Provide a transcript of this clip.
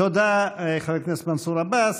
תודה רבה, חבר הכנסת מנסור עבאס.